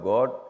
God